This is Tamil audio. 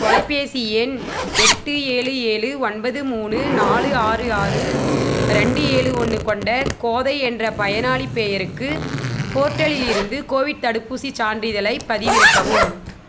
தொலைபேசி எண் எட்டு ஏழு ஏழு ஒன்பது மூணு நாலு ஆறு ஆறு ரெண்டு ஏழு ஒன்று கொண்ட கோதை என்ற பயனாளிப் பெயருக்கு ஃபோர்டலில் இருந்து கோவிட் தடுப்பூசிச் சான்றிதழைப் பதிவிறக்கவும்